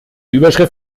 überschrift